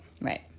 Right